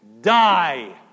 die